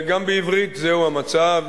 בעברית זהו המצב.